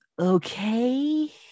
okay